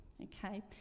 okay